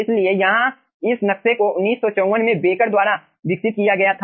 इसलिए यहां इस नक्शे को 1954 में बेकर द्वारा विकसित किया गया था